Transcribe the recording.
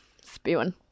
spewing